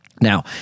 Now